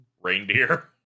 Reindeer